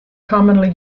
commonly